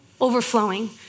overflowing